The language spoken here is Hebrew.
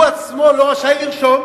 הוא עצמו לא רשאי לרשום.